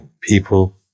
people